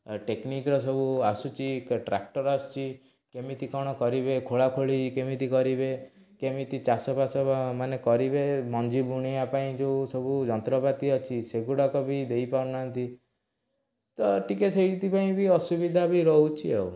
ଟେକନିକର ଯେଉଁ ଆସୁଛି ଟ୍ରାକ୍ଟର ଆସୁଛି କେମିତି କ'ଣ କରିବେ ଖୋଳାଖୋଳି କେମିତି କରିବେ କେମିତି ଚାଷବାସ ହେବ ମାନେ କରିବେ ମଞ୍ଜି ବୁଣିବାପାଇଁ ଯେଉଁସବୁ ଯନ୍ତ୍ରପାତି ଅଛି ସେଗୁଡ଼ାକ ବି ଦେଇପାରୁନାହାନ୍ତି ତ ଟିକିଏ ସେଇଠିପାଇଁ ବି ଅସୁବିଧା ବି ରହୁଛି ଆଉ